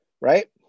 right